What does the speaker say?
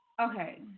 Okay